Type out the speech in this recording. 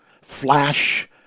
flash